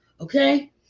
Okay